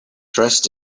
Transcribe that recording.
dressed